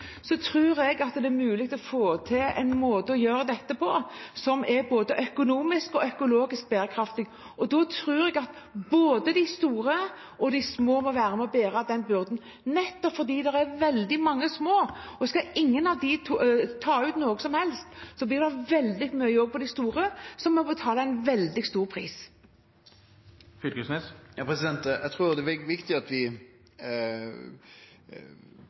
jeg det er mulig å få til en måte å gjøre dette på som er både økonomisk og økologisk bærekraftig. Da tror jeg at både de store og de små må være med på å bære den byrden, nettopp fordi det er veldig mange små. Skal ingen av dem ta ut noe som helst, blir det veldig mye jobb på de store, som må betale en veldig høy pris. Eg trur det er viktig at vi